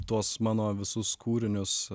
tuos mano visus kūrinius